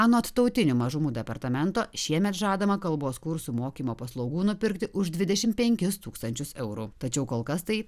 anot tautinių mažumų departamento šiemet žadama kalbos kursų mokymo paslaugų nupirkti už dvidešim penkis tūkstančius eurų tačiau kol kas tai